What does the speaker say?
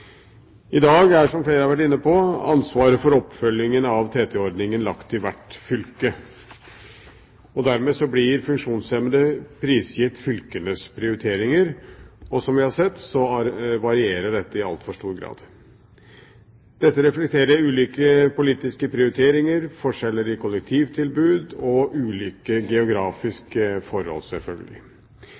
I dag er, som flere har vært inne på, ansvaret for oppfølgingen av TT-ordningen lagt til hvert fylke. Dermed blir funksjonshemmede prisgitt fylkenes prioriteringer, og som vi har sett, varierer dette i altfor stor grad. Dette reflekterer ulike politiske prioriteringer, forskjeller i kollektivtilbud og ulike geografiske forhold, selvfølgelig.